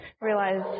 realize